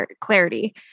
clarity